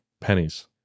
pennies